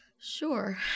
Sure